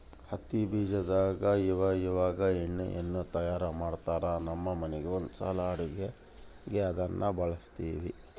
ಹತ್ತಿ ಬೀಜದಾಗ ಇವಇವಾಗ ಎಣ್ಣೆಯನ್ನು ತಯಾರ ಮಾಡ್ತರಾ, ನಮ್ಮ ಮನೆಗ ಒಂದ್ಸಲ ಅಡುಗೆಗೆ ಅದನ್ನ ಬಳಸಿದ್ವಿ